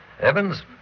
Evans